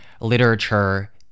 literature